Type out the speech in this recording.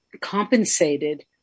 compensated